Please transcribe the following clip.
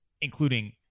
including